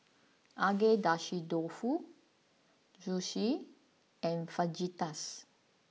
Agedashi Dofu Sushi and Fajitas